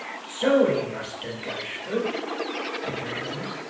sorry, muster gashford echoed dennis.